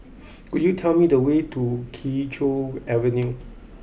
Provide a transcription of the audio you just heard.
could you tell me the way to Kee Choe Avenue